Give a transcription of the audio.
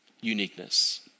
uniqueness